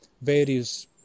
various